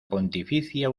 pontificia